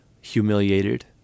humiliated